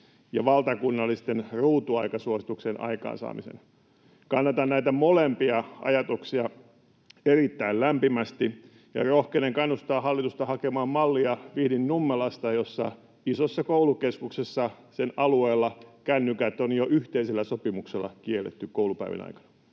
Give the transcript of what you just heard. ja valtakunnallisten ruutuaikasuositusten aikaansaamisen. Kannatan näitä molempia ajatuksia erittäin lämpimästi ja rohkenen kannustaa hallitusta hakemaan mallia Vihdin Nummelasta, jossa ison koulukeskuksen alueella kännykät on jo yhteisellä sopimuksella kielletty koulupäivän aikana.